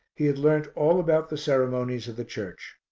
he had learnt all about the ceremonies of the church.